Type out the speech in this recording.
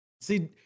See